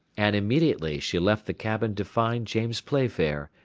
and immediately she left the cabin to find james playfair,